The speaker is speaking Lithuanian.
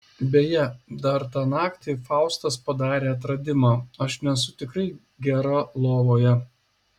beje dar tą naktį faustas padarė atradimą aš nesu tikrai gera lovoje